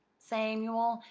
samuel,